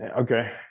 okay